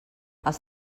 els